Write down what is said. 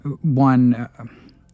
one